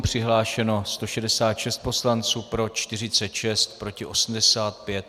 Přihlášeno 166 poslanců, pro 46, proti 85.